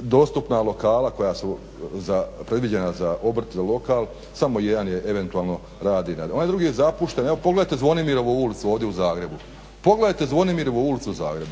dostupna lokala koja su predviđena za obrt za lokal, samo jedan eventualno radi, onaj drugi zapušten. Evo pogledajte Zvonimirovu ulicu ovdje u Zagrebu